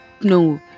No